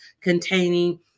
containing